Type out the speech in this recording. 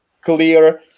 clear